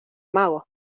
magos